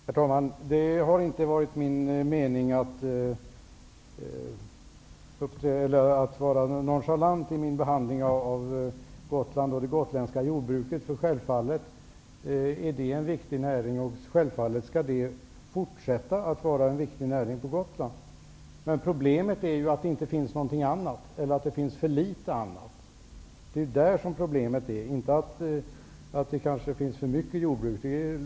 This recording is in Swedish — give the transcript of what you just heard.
Herr talman! Det har inte varit min mening att vara nonchalant i min behandling av Gotland och det gotländska jordbruket. Självfallet är det en viktig näring, och självfallet skall det fortsätta att vara en viktig näring på Gotland. Problemet är att det inte finns någonting annat, eller att det finns för litet annat. Problemet är inte att det kanske finns för mycket jordbruk.